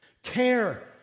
Care